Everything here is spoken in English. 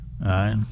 Right